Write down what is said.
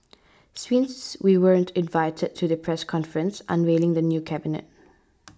we weren't invited to the press conference unveiling the new cabinet